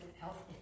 health